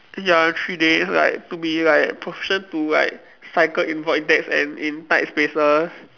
ya three days like to be like proficient to like cycle in void decks and in tight spaces